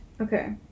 Okay